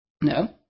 No